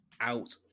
out